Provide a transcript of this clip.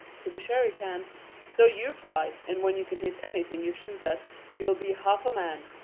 to be sure he can so you try, and when you can hit anything you shoot at you'll be half a man.